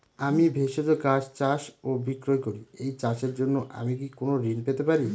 আমি ভেষজ গাছ চাষ ও বিক্রয় করি এই চাষের জন্য আমি কি কোন ঋণ পেতে পারি?